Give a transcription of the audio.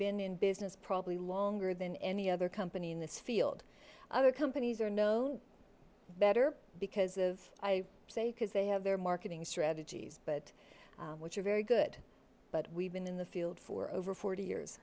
been in business probably longer than any other company in this field other companies are known better because of i say because they have their marketing strategies but which are very good but we've been in the field for over forty years